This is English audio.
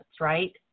right